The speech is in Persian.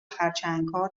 خرچنگها